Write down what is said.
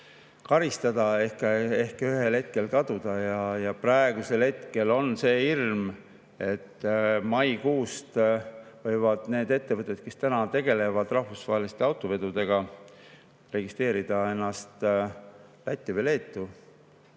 karistada ehk ühel hetkel kaduda. Praegusel hetkel on see hirm, et maikuust võivad need ettevõtted, kes tegelevad rahvusvaheliste autovedudega, registreerida ennast Lätti või Leetu,